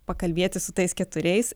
pakalbėti su tais keturiais